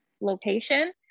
location